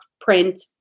print